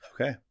Okay